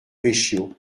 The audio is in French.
vecchio